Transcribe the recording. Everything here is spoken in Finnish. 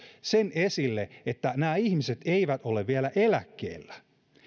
esille sen että nämä ihmiset eivät ole vielä eläkkeellä